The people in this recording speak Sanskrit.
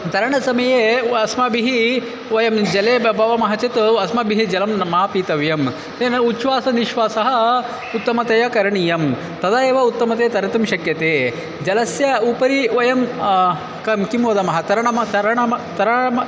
तरणसमये व अस्माभिः वयं जले ब भवामः चेत् अस्माभिः जलं न मा पीतव्यं तेन उच्छ्वासः निश्वासः उत्तमतया करणीयं तदा एव उत्तमतया तर्तुं शक्यते जलस्य उपरि वयं किं वदामः तरणं तरणं तरामः